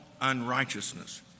unrighteousness